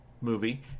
movie